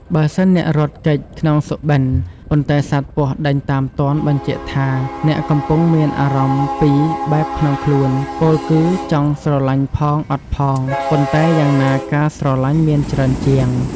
បើសិនអ្នករត់គេចក្នុងសុបិន ប៉ុន្តែសត្វពស់ដេញតាមទាន់ បញ្ជាក់ថា អ្នកកំពុងមានអារម្មណ៍ពីរបែបក្នុងខ្លួន ពោលគឺចង់ស្រលាញ់ ផងអត់ផង ប៉ុន្តែយ៉ាងណាការស្រឡាញ់មានច្រើនជាង។